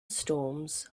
storms